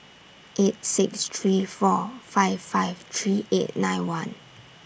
eight six three four five five three eight nine one